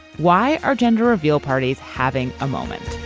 why our gender reveal parties having a moment